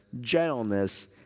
gentleness